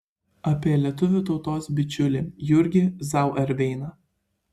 apie lietuvių tautos bičiulį jurgį zauerveiną